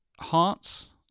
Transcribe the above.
hearts